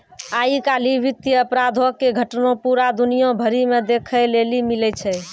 आइ काल्हि वित्तीय अपराधो के घटना पूरा दुनिया भरि मे देखै लेली मिलै छै